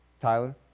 Tyler